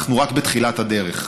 אנחנו רק בתחילת הדרך.